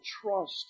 trust